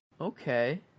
Okay